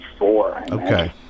Okay